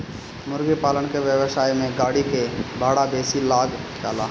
मुर्गीपालन के व्यवसाय में गाड़ी के भाड़ा बेसी लाग जाला